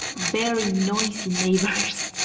very noisy neighbors.